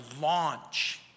launch